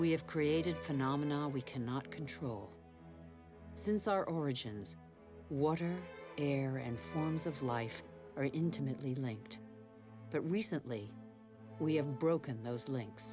we have created phenomenon we cannot control since our origins water air and forms of life are intimately linked but recently we have broken